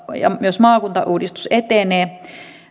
ja myös maakuntauudistus etenee